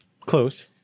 Close